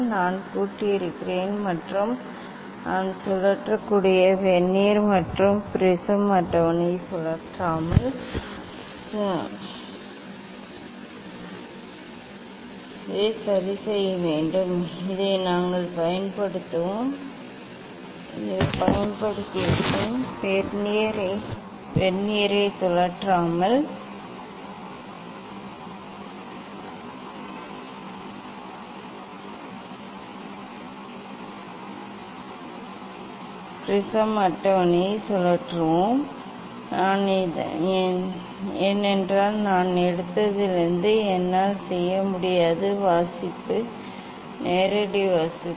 நான் பூட்டியிருக்கிறேன் மற்றும் நான் சுழற்றக்கூடிய வெர்னியர் மட்டும் ப்ரிஸம் அட்டவணையை சுழற்றாமல் சுழற்ற முடியும் இது சரி செய்யப்பட்டது என்பதை நீங்கள் காணலாம் இதை நாங்கள் பயன்படுத்துவோம் இதைப் பயன்படுத்துவோம் வெர்னியரை சுழற்றாமல் ப்ரிஸம் அட்டவணையை சுழற்றுவோம் ஏனென்றால் நான் எடுத்ததிலிருந்து என்னால் செய்ய முடியாது வாசிப்பு நேரடி வாசிப்பு